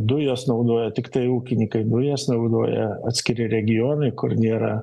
dujas naudoja tiktai ūkininkai dujas naudoja atskiri regionai kur nėra